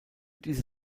diese